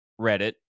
reddit